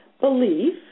belief